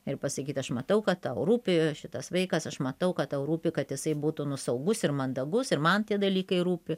ir pasakyt aš matau kad tau rūpi šitas vaikas aš matau kad tau rūpi kad jisai būtų nu saugus ir mandagus ir man tie dalykai rūpi